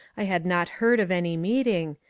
i had not heard of any meeting,